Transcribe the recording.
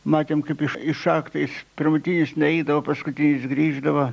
matėm kaip į į šachtą jis pirmutinis nuidavo paskutinis grįždavo